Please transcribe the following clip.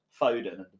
Foden